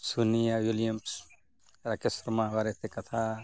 Sonia Williams Rakesh Sharma ᱵᱟᱨᱮᱛᱮ ᱠᱟᱛᱷᱟ